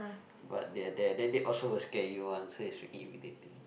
what they're there then they also will scare you one so it's freaking irritating